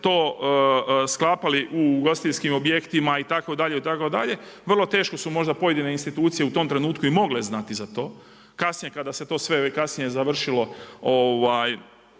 to sklapali u ugostiteljskim objektima itd. itd., vrlo teško su možda pojedine institucije u tom trenutku i mogle znati za to. Kasnije kada se to sve završilo,